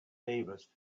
davis